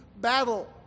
battle